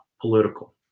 political